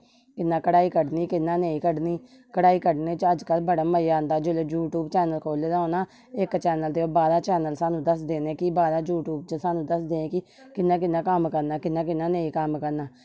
कियां कढाई कड्ढनी कियां नेई कढनी कढाई कड्ढने च अजकल बडा मजा आंदा जिसले यूट्यूब चैनल खोह्ले दा होना इक चैनल दे बांरा चैनल सानू दसदे न कियां यूट्यूब च सानू दसदे कि कियां कियां कम्म करना कियां कियां नेई कम्म करना